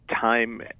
time